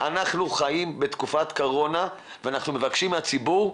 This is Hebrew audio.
אנחנו חיים בתקופת קורונה ואנחנו מבקשים מהציבור,